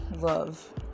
love